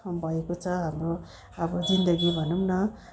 भएको छ हाम्रो हाम्रो जिन्दगी भनौँ न